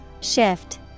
Shift